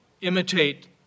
Imitate